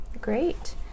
great